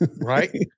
Right